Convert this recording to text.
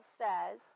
says